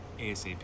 ASAP